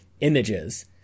images